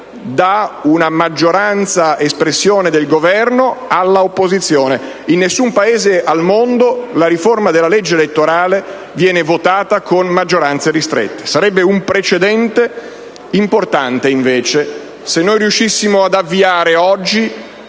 da una maggioranza espressione solo del Governo. In nessun Paese al mondo la riforma della legge elettorale viene votata con maggioranze ristrette. Sarebbe un precedente importante, invece, se noi riuscissimo ad avviare oggi